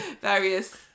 various